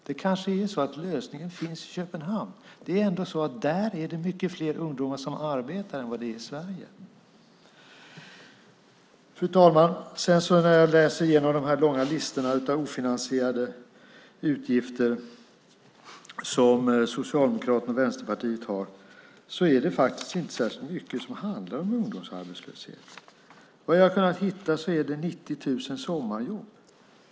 Det kanske är så att lösningen finns i Köpenhamn. Där är det ändå mycket fler ungdomar som arbetar än vad det är i Sverige. Fru talman! När jag läser igenom de här långa listorna av ofinansierade utgifter som Socialdemokraterna och Vänsterpartiet har ser jag faktiskt inte särskilt mycket som handlar om ungdomsarbetslöshet. Vad jag har kunnat hitta är 90 000 sommarjobb.